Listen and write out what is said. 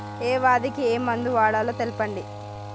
ఏ వ్యాధి కి ఏ మందు వాడాలో తెల్పండి?